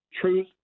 truth